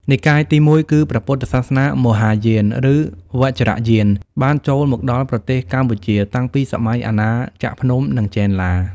និកាយទី១គឺ ព្រះពុទ្ធសាសនាមហាយាន ឬ វជ្រយាន បានចូលមកដល់ប្រទេសកម្ពុជាតាំងពីសម័យអាណាចក្រភ្នំ និងចេនឡា។